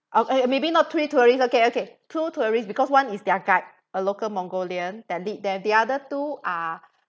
uh maybe not three tourist okay okay two tourist because one is their guide a local mongolian that lead them the other two are